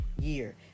year